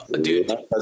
dude